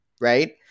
right